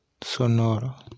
sonoro